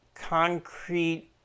concrete